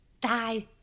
die